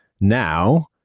now